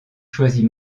choisit